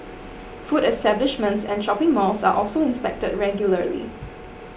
food establishments and shopping malls are also inspected regularly